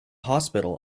hospital